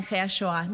נכה השואה,